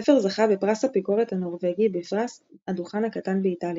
הספר זכה ב"פרס הביקורת הנורווגי" ובפרס "הדוכן הקטן" באיטליה.